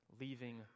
leaving